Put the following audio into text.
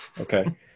Okay